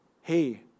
hey